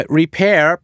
repair